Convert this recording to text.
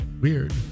weird